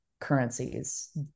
currencies